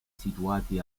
situati